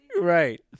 right